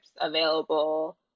available